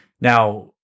Now